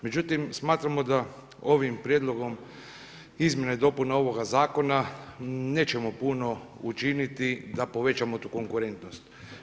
Međutim smatramo da ovim prijedlogom izmjena i dopuna ovoga zakona nećemo puno učiniti da povećamo tu konkurentnost.